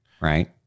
right